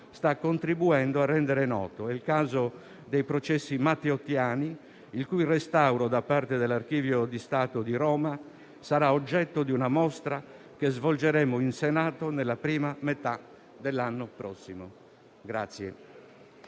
sta contribuendo a rendere noti. È il caso dei processi matteottiani, il cui restauro da parte dell'Archivio di Stato di Roma sarà oggetto di una mostra che svolgeremo in Senato nella prima metà dell'anno prossimo.